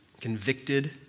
convicted